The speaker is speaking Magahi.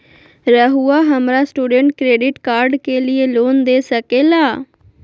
रहुआ हमरा स्टूडेंट क्रेडिट कार्ड के लिए लोन दे सके ला?